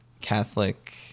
catholic